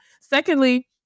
Secondly